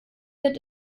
wird